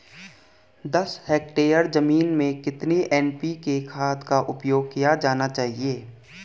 दस हेक्टेयर जमीन में कितनी एन.पी.के खाद का उपयोग किया जाना चाहिए?